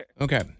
Okay